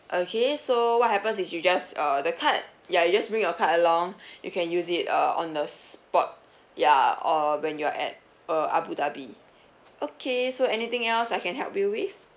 okay so what happens is you just uh the card ya you just bring your card along you can use it uh on the spot ya or when you're at uh abu dhabi okay so anything else I can help you with